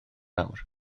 awr